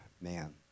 man